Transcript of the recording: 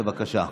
בבקשה.